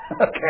Okay